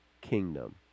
kingdom